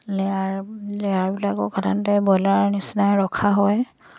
layer লেয়াৰবিলাকো সাধাৰণতে boiler নিচিনাই ৰখা হয়